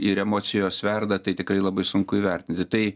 ir emocijos verda tai tikrai labai sunku įvertinti tai